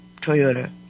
Toyota